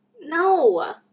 No